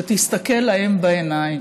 שתסתכל להם בעיניים,